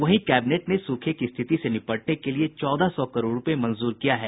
वहीं कैबिनेट ने सूखे की स्थिति से निपटने के लिए चौदह सौ करोड़ रूपये मंजूर किया है